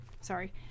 Sorry